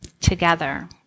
together